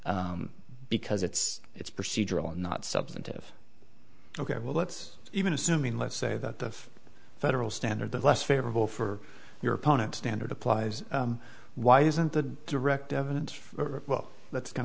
curley because it's it's procedural and not substantive ok well let's even assuming let's say that the federal standard less favorable for your opponent standard applies why isn't the direct evidence well that's kind